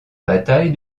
bataille